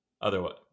otherwise